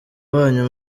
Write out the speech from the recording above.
wanyu